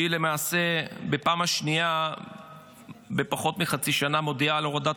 שהיא למעשה בפעם השנייה בפחות מחצי שנה מודיעה על הורדת